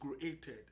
created